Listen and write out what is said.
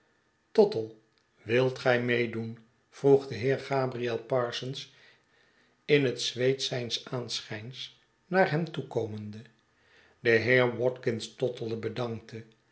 tottle wilt gij mee doen vroeg de heer gabriel parsons in het zweet zijns aanschijns naar hem toekomende de heer watkins tottle bedankte